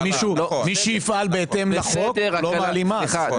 מי שיפעל בהתאם לחוק לא מעלים מס.